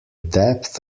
depth